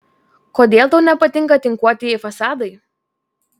kodėl tau nepatinka tinkuotieji fasadai